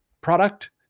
product